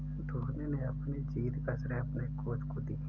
धोनी ने अपनी जीत का श्रेय अपने कोच को दी